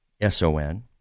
s-o-n